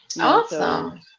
Awesome